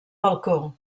balcó